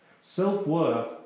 Self-worth